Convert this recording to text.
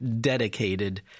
dedicated